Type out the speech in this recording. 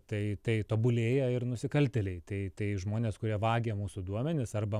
tai tai tobulėja ir nusikaltėliai tai tai žmonės kurie vagia mūsų duomenis arba